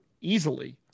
Easily